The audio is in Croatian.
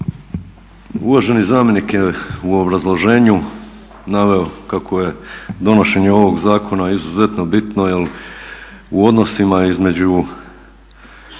Uvaženi zamjenik je u obrazloženju naveo kako je donošenje ovoga zakona izuzetno bitno jer u odnosima između